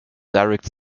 direct